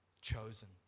chosen